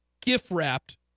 gift-wrapped